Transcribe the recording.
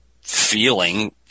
feeling